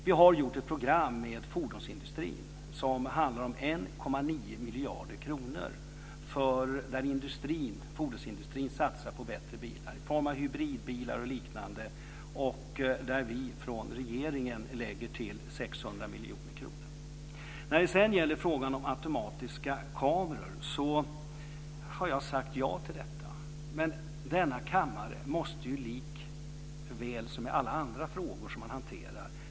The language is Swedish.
Vi har gjort ett program tillsammans med fordonsindustrin som omfattar 1,9 miljarder. Fordonsindustrin satsar på bättre bilar i form av hybridbilar och liknande. Vi lägger från regeringen till 600 miljoner kronor. Jag har sagt ja till automatiska kameror. Men denna kammare måste veta att hanteringen likväl måste ske på samma sätt som hanteringen av alla andra frågor.